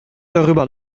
darüber